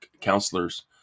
counselors